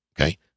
Okay